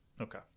Okay